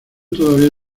todavía